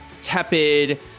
tepid